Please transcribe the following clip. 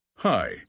Hi